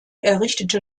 errichtete